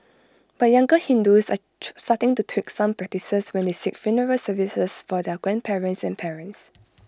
but younger Hindus are starting to tweak some practices when they seek funeral services for their grandparents and parents